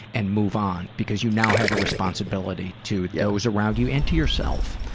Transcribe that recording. and move on, because you now have a responsibility to those around you, and to yourself.